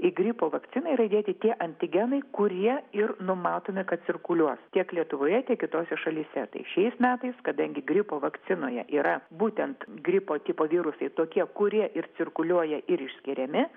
į gripo vakciną yra įdėti tie antigenai kurie ir numatomi kad cirkuliuos tiek lietuvoje tiek kitose šalyse tai šiais metais kadangi gripo vakcinoje yra būtent gripo tipo virusai tokie kurie ir cirkuliuoja ir išskiriami